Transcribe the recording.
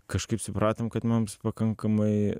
kažkaip supratom kad mums pakankamai